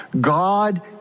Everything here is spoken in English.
God